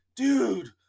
dude